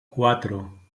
cuatro